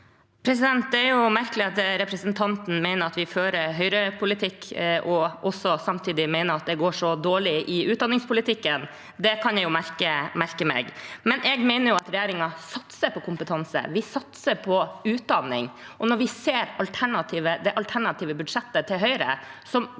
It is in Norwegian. Det er merkelig at representanten mener vi fører Høyre-politikk og samtidig mener det går så dårlig i utdanningspolitikken. Det merker jeg meg. Jeg mener at regjeringen satser på kompetanse. Vi satser på utdanning. Når vi ser det alternative budsjettet til Høyre, som